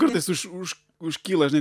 kartais iš už užkyla žinai